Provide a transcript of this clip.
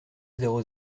zéro